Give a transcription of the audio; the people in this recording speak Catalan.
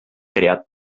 creat